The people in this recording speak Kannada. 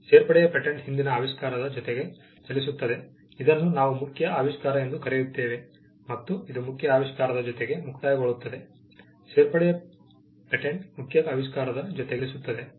ಸೇರ್ಪಡೆಯ ಪೇಟೆಂಟ್ ಹಿಂದಿನ ಆವಿಷ್ಕಾರದ ಜೊತೆಗೆ ಚಲಿಸುತ್ತದೆ ಇದನ್ನು ನಾವು ಮುಖ್ಯ ಆವಿಷ್ಕಾರ ಎಂದು ಕರೆಯುತ್ತೇವೆ ಮತ್ತು ಇದು ಮುಖ್ಯ ಆವಿಷ್ಕಾರದ ಜೊತೆಗೆ ಮುಕ್ತಾಯಗೊಳ್ಳುತ್ತದೆ ಸೇರ್ಪಡೆಯ ಪೇಟೆಂಟ್ ಮುಖ್ಯ ಆವಿಷ್ಕಾರದ ಜೊತೆಗೆ ಚಲಿಸುತ್ತದೆ